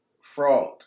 fraud